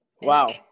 Wow